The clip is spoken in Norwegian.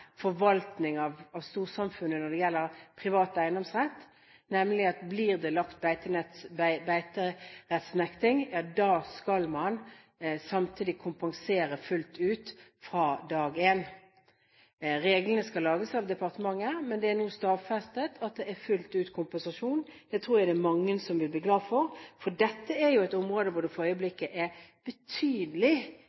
forvaltning av storsamfunnet når det gjelder privat eiendomsrett, nemlig at hvis det blir ilagt beiterettnekting, skal man samtidig kompenseres fullt ut fra dag én. Reglene skal lages av departementet, men det er nå stadfestet at det er full kompensasjon. Det tror jeg det er mange som vil bli glade for. Dette er jo et område hvor det for